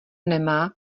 nemá